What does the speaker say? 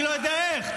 ואני לא יודע איך.